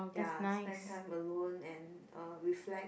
ya spend time alone and uh reflect